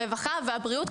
הרווחה והבריאות,